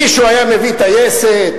מישהו היה מביא טייסת?